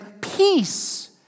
peace